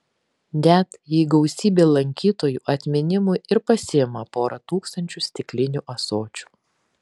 net jei gausybė lankytojų atminimui ir pasiima porą tūkstančių stiklinių ąsočių